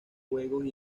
juegos